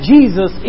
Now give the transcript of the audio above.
Jesus